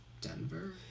Denver